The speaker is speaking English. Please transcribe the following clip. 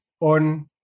on